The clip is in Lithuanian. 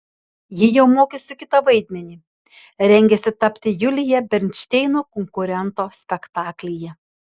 ji jau mokėsi kitą vaidmenį rengėsi tapti julija bernšteino konkurento spektaklyje